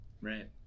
right